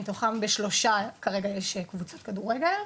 מתוכם בשלושה כרגע יש קבוצת כדורגל.